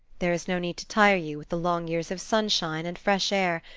there is no need to tire you with the long years of sunshine, and fresh air,